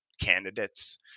candidates